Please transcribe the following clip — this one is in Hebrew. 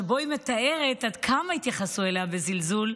שבו היא מתארת עד כמה התייחסו אליה בזלזול,